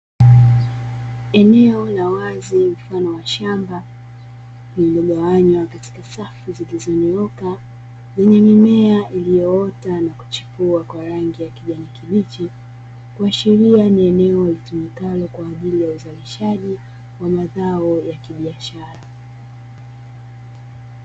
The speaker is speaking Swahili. Eneo la wazi, mfano wa shamba, lililogawanywa katika safu zilizonyooka, zenye mimea, iliyoota na kuchipua kwa rangi ya kijani kibichi, kuashiria ni eneo litumikalo kwa ajili ya uzalishaji wa mazao ya kibiashara.